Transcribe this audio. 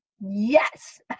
Yes